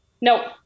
no